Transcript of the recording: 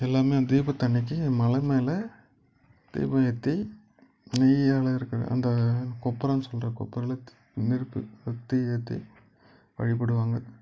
எல்லாம் அந்த தீபத்து அன்னைக்கு மலை மேலே தீபம் ஏற்றி நெய்யால் இருக்கிற அந்த கொப்பரைன்னு சொல்கிற கொப்பரையில் நெருப்பு சுற்றி ஏற்றி வழிபடுவாங்க